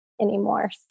anymore